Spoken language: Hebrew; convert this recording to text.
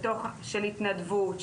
של התנדבות,